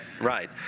Right